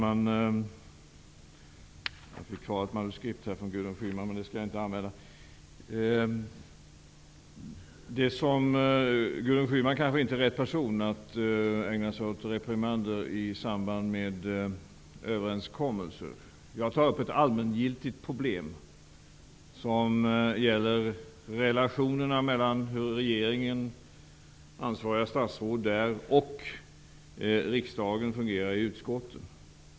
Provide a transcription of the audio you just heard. Herr talman! Gudrun Schyman kanske inte är rätt person att ägna sig åt reprimander i samband med överenskommelser. Jag tar upp ett allmängiltigt problem som gäller hur relationerna mellan ansvariga statsråd i regeringen och riksdagen fungerar i utskotten.